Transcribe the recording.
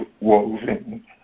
woven